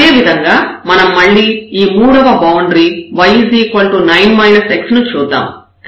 అదేవిధంగా మనం మళ్ళీ ఈ మూడవ బౌండరీ y 9 x ను చూద్దాం